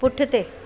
पुठिते